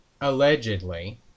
allegedly